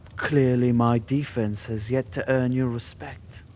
clearly my defense has yet to earn your respect.